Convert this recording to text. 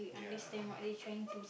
yeah